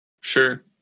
Sure